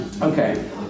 Okay